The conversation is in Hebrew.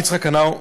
הרב יצחק הנאו,